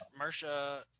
Marsha